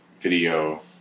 video